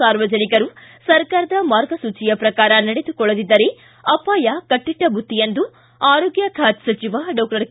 ಸಾರ್ವಜನಿಕರು ಸರ್ಕಾರದ ಮಾರ್ಗಸೂಚಿಯ ಪ್ರಕಾರ ನಡೆದುಕೊಳ್ಳದಿದ್ದರೆ ಅಪಾಯ ಕಟ್ಟಿಟ್ಟ ಬುತ್ತಿ ಎಂದು ಆರೋಗ್ಯ ಖಾತೆ ಸಚಿವ ಡಾಕ್ಟರ್ ಕೆ